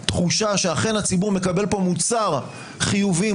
תחושה שאכן הציבור מקבל פה מוצר חיובי,